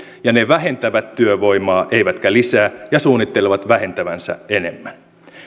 ja ne vähentävät työvoimaa eivätkä lisää ja suunnittelevat vähentävänsä enemmän